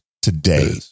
today